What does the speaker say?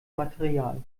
material